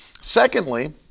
Secondly